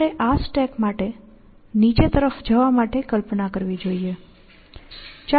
તમારે આ સ્ટેક માટે નીચે તરફ જવા માટે કલ્પના કરવી જોઇએ